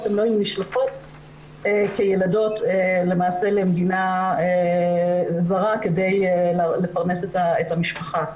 הן לא היו נשלחות כילדות למדינה זרה כדי לפרנס את המשפחה.